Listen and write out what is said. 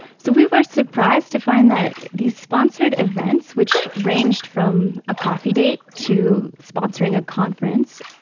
so we were surprised to find that these sponsored events which ranged from a coffee date to sponsoring a conference,